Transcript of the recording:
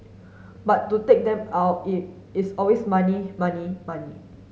but to take them out it is always money money money